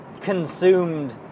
Consumed